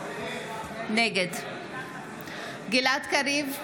נגד גלעד קריב,